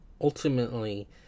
ultimately